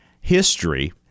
history